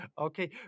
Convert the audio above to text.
Okay